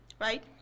right